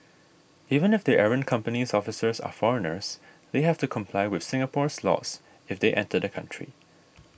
even if the errant company's officers are foreigners they have to comply with Singapore's laws if they enter the country